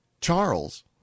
Charles